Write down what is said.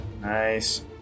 Nice